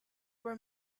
were